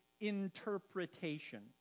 interpretation